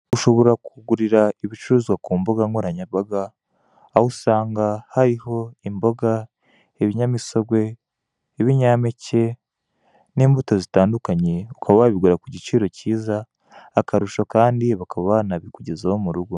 Ushobora kugurira ibicuruzwa ku mbuga nkoranyambaga, aho usanga hariho imboga, ibinyamisogwe, ibinyampeke, n'imbuto zitandukanye, ukaba wabigura ku giciro cyiza, akarusho kandi bakaba banabikugezaho mu rugo.